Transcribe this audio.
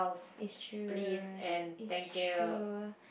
it should it's true